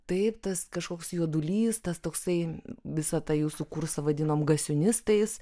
taip tas kažkoks juodulys tas toksai visą tą jūsų kursą vadinome gasiūnistais